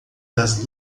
das